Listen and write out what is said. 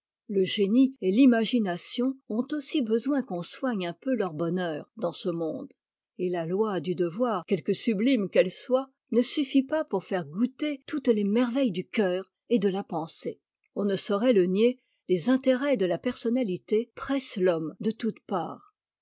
le génie et l'imagination ont aussi besoin qu'on soigne un peu leur bonheur dans ce monde et la oi du devoir quelque sublime qu'elle soit ne suffit pas pour faire goûter toutes les merveilles du cœur et de la pensée on ne saurait le nier les intérêts de la personnalité pressent l'homme de toutes parts